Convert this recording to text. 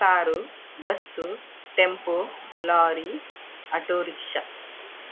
car bus tempo lorry auto rickshaw